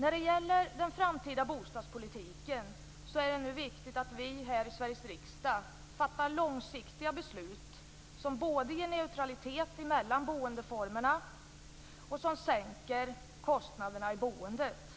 När det gäller den framtida bostadspolitiken är det viktigt att vi här i Sveriges riksdag fattar långsiktiga beslut som ger neutralitet mellan boendeformerna och sänker kostnaderna i boendet.